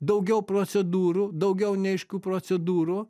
daugiau procedūrų daugiau neaiškių procedūrų